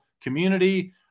community